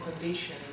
condition